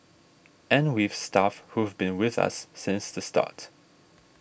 and we've staff who've been with us since the start